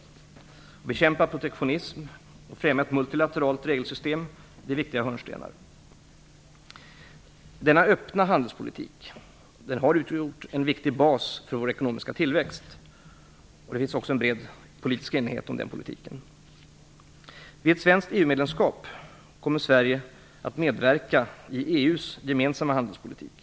Att bekämpa protektionism och främja ett multilateralt regelsystem är viktiga hörnstenar. Denna öppna handelspolitik har utgjort en viktig bas för vår ekonomiska tillväxt. Det finns också en bred politisk enighet om denna politik. Vid ett svenskt EU-medlemskap kommer Sverige att medverka i EU:s gemensamma handelspolitik.